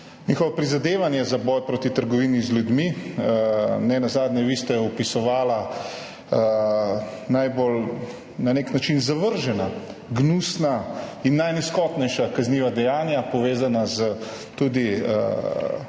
njihovo prizadevanje za boj proti trgovini z ljudmi. Nenazadnje ste vi opisovali najbolj zavržena, gnusna in najnizkotnejša kazniva dejanja, povezana z